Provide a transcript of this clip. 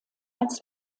als